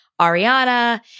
Ariana